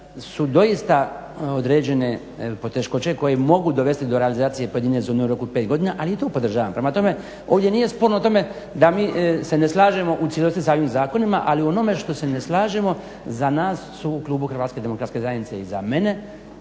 su doista određene poteškoće koje mogu dovesti do realizacije pojedine zone u roku 5 godina ali i to podržavam. Prema tome, ovdje nije sporno u tome da mi se ne slažemo u cijelosti sa ovim zakonima ali u onome što se ne slažemo za nas su u klubu HDZ-a i za mene